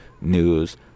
news